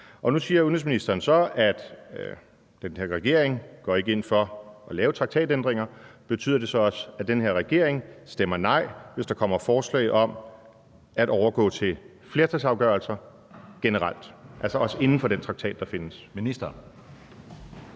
Nu siger udenrigsministeren så, at den her regering ikke går ind for at lave traktatændringer, men betyder det så også, at den her regering stemmer nej, hvis der kommer forslag om at overgå til flertalsafgørelser generelt, altså også inden for den traktat, der findes?